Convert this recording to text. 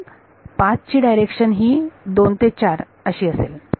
म्हणून 5 ची डायरेक्शन ही 2 ते 4 अशी असेल